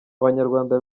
abanyarwanda